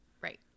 Right